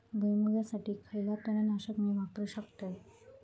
भुईमुगासाठी खयला तण नाशक मी वापरू शकतय?